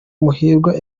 muhirwa